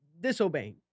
disobeying